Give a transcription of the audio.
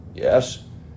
Yes